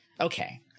Okay